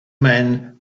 men